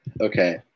Okay